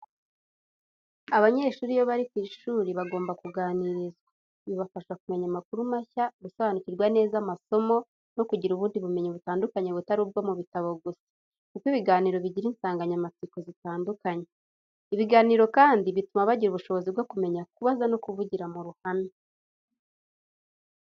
Abanyeshuri iyo bari ku ishuri, bagomba kuganirizwa. Bibafasha kumenya amakuru mashya, gusobanukirwa neza amasomo, no kugira ubundi ubumenyi butandukanye butari ubwo mu bitabo gusa, kuko ibiganiro bigira insanganyamatsiko zitandukanye. Ibiganiro kandi bituma bagira ubushobozi bwo kumenya kubaza no kuvugira mu ruhame.